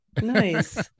Nice